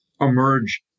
emerge